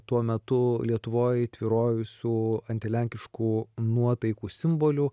tuo metu lietuvoj tvyrojusių antilenkiškų nuotaikų simbolių